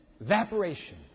evaporation